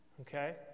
Okay